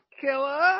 Killer